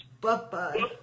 Bye-bye